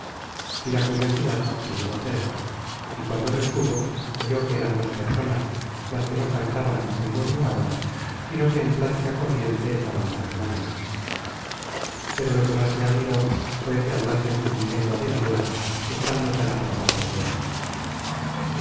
y la curiosidad le llevó cerca y cuando lo estuvo oyó que eran dos personas las que no cantaban ni murmuraban sino que en plática corriente estaban razonando pero lo que más le admiró fué que hablasen en lengua de noruega estando tan apartados della